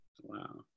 Wow